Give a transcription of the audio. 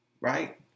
right